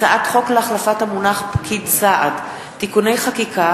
הצעת חוק להחלפת המונח פקיד סעד (תיקוני חקיקה),